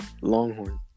Longhorn